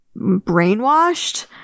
brainwashed